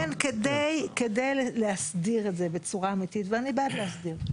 לכן כדי להסדיר את זה בצורה אמיתית ואני בעד להסדיר,